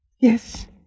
Yes